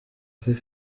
kuri